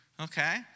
Okay